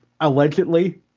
Allegedly